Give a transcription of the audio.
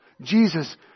Jesus